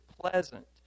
pleasant